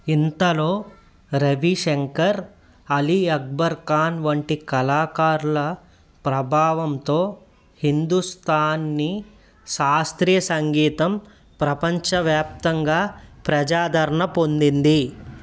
ఇంతలో రవిశంకర్ అలీ అక్బర్ ఖాన్ వంటి కళాకారుల ప్రభావంతో హిందూస్థాని శాస్త్రీయ సంగీతం ప్రపంచవ్యాప్తంగా ప్రజాదరణ పొందింది